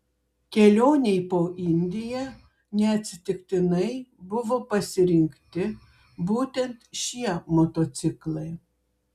kelionei po indiją neatsitiktinai buvo pasirinkti būtent šie motociklai